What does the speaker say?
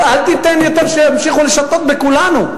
אל תיתן יותר שימשיכו לשטות בכולנו.